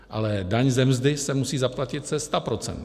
Ale daň ze mzdy se musí zaplatit ze sta procent.